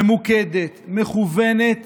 ממוקדת, מכוונת